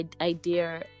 idea